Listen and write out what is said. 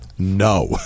No